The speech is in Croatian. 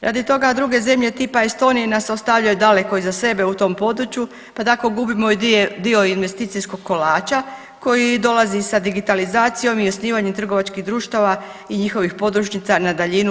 Radi toga druge zemlje tipa Estonije nas ostavljaju daleko iza sebe u tom području pa tako gubimo i dio investicijskog kolača koji dolazi sa digitalizacijom i osnivanjem trgovačkih društava i njihovih podružnica na daljinu